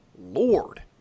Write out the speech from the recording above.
Lord